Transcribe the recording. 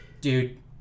Dude